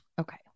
Okay